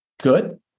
Good